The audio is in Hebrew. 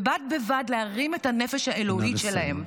ובד בבד להרים את הנפש האלוהית שלהם.